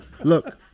Look